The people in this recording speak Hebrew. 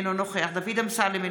אינו נוכח דוד אמסלם,